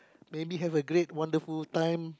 maybe have a great wonderful time